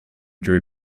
drew